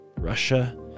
Russia